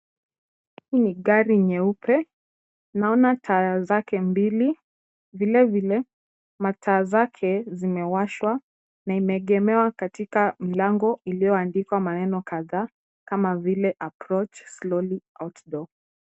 Gari nyeupe, naona taa zake mbili vilevile mataa zake zimewashwa na imeegemewa katika mlango ulioandikwa maneno kadhaa kama vile approach slowly outdoor